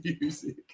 music